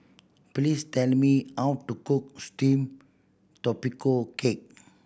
please tell me how to cook steamed tapioca cake